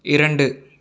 இரண்டு